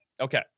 Okay